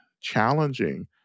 challenging